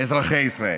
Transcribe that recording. אזרחי ישראל.